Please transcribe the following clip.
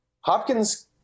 Hopkins